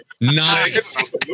Nice